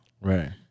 right